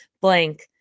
blank